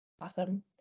Awesome